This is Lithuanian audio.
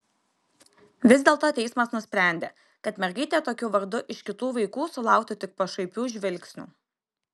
vis dėlto teismas nusprendė kad mergaitė tokiu vardu iš kitų vaikų sulauktų tik pašaipių žvilgsnių